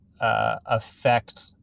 affect